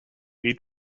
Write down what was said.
need